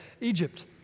Egypt